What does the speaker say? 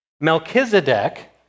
Melchizedek